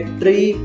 three